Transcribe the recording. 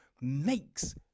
makes